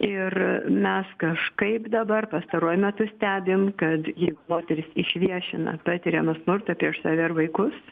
ir mes kažkaip dabar pastaruoju metu stebim kad jeigu moteris išviešina patiriamą smurtą prieš save ir vaikus